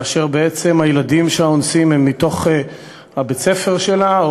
שבעצם הילדים שאנסו הם מבית-הספר שלה,